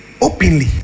openly